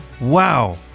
Wow